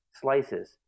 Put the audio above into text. slices